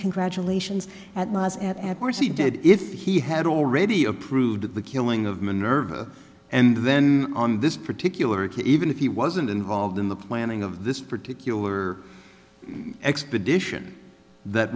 congratulations at last and at worst he did if he had already approved of the killing of minerva and then on this particular it even if he wasn't involved in the planning of this particular expedition that